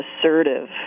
assertive